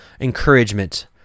encouragement